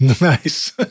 Nice